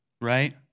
Right